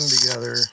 together